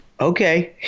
Okay